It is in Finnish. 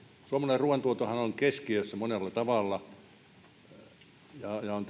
suomalainen ruuantuotantohan on keskiössä monella tavalla on